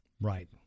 Right